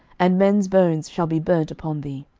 and men's bones shall be burnt upon thee.